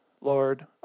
Lord